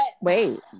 Wait